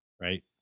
right